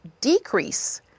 decrease